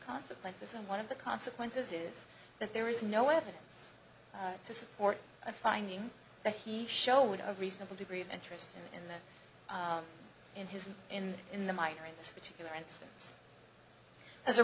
consequences and one of the consequences is that there is no evidence to support a finding that he showed a reasonable degree of interest in that in his in in the minor in this particular instance as a